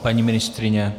Paní ministryně?